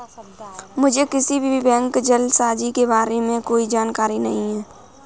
मुझें किसी भी बैंक जालसाजी के बारें में कोई जानकारी नहीं है